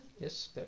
Yes